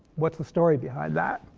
what's the story behind that?